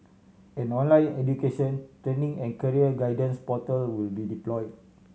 an online education training and career guidance portal will be deployed